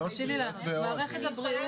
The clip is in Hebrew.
תקשיבי לנו, מערכת הבריאות